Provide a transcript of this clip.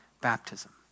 baptism